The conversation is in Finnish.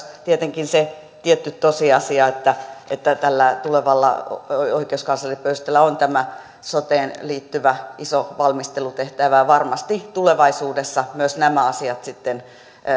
tietenkin myös se tietty tosiasia että että tällä tulevalla oikeuskansleri pöystillä on tämä soteen liittyvä iso valmistelutehtävä ja varmasti tulevaisuudessa myös nämä asiat sitten